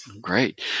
great